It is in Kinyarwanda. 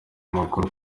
amakuru